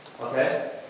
Okay